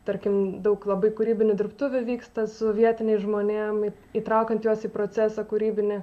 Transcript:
tarkim daug labai kūrybinių dirbtuvių vyksta su vietiniais žmonėm įtraukiant juos į procesą kūrybinį